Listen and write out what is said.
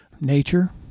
Nature